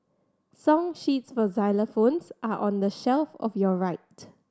song sheets for xylophones are on the shelf of your right